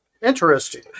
Interesting